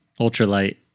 ultralight